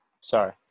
Sorry